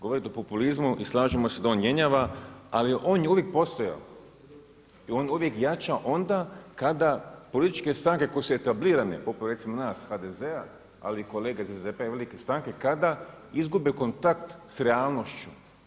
Govorite o populizmu i slažemo se da on jenjava ali on je uvijek postojao i on jača onda kada političke stranke koju su etablirane, poput recimo nas, HDZ-a ali i kolega iz SDP-a, velike stranke, kada izgube kontakt sa realnošću.